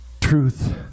Truth